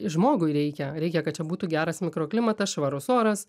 žmogui reikia reikia kad čia būtų geras mikroklimatas švarus oras